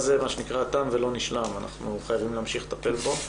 תם ולא נשלם, אנחנו חייבים להמשיך לטפל בנושא,